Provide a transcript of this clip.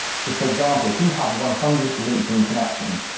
so for example, if you have one hundred linkedin connections,